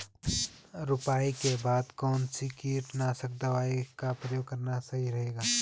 रुपाई के बाद कौन सी कीटनाशक दवाई का प्रयोग करना सही रहेगा?